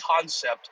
concept